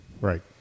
Right